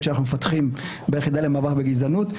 שאנחנו מפתחים ביחידה למאבק בגזענות.